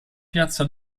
piazza